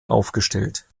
aufgestellt